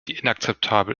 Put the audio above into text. inakzeptabel